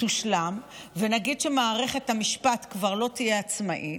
תושלם ונגיד שמערכת המשפט כבר לא תהיה עצמאית,